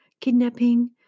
kidnapping